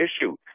issue